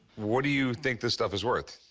what do you think this stuff is worth?